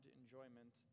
enjoyment